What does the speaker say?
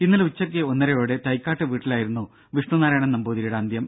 ഇന്നലെ ഉച്ചയ്ക്ക് ഒന്നരയോടെ തൈക്കാട്ടെ വീട്ടിലായിരുന്നു വിഷ്ണു നാരായണൻ നമ്പൂതിരിയുടെ അന്ത്യം